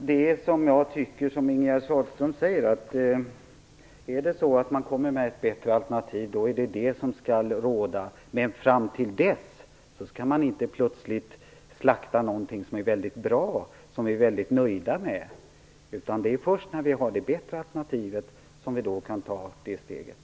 Herr talman! Det är precis som Ingegerd Sahlström säger: kommer man med ett bättre alternativ skall det väljas. Men fram till det skall man inte plötsligt slakta någonting som är väldigt bra och som vi är nöjda med. Det är först när vi har det bättre alternativet som vi kan ta steget.